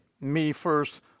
me-first